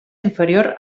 inferior